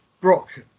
Brock